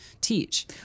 teach